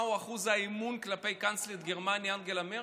מהו אחוז האמון כלפי קנצלרית גרמניה אנגלה מרקל?